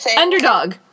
underdog